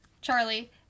Charlie